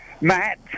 Matt